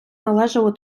належало